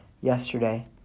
yesterday